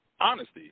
Honesty